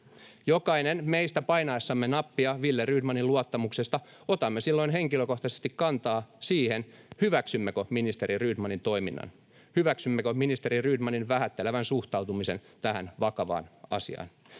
Jokainen meistä painaessaan nappia Wille Rydmanin luottamuksesta ottaa silloin henkilökohtaisesti kantaa siihen, hyväksyykö ministeri Rydmanin toiminnan, hyväksyykö ministeri Rydmanin vähättelevän suhtautumisen tähän vakavaan asiaan.